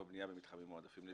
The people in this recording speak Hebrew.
אם אתם משתמשים במינוח הזה: